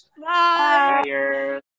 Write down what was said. bye